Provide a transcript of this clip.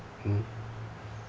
mmhmm